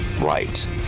right